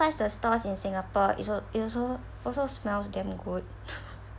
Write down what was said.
pass the stores in singapore it's so it's also also smells damn good